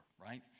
right